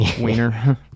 Wiener